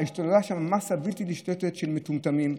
השתוללה שם מאסה בלתי נשלטת של מטומטמים.